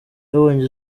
yabonye